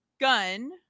Gun